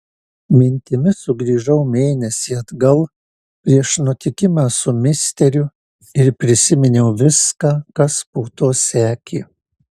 mintimis sugrįžau mėnesį atgal prieš nutikimą su misteriu ir prisiminiau viską kas po to sekė